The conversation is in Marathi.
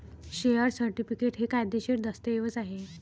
शेअर सर्टिफिकेट हे कायदेशीर दस्तऐवज आहे